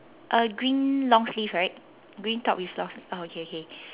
uh green long sleeve right green top with long sleeve oh okay okay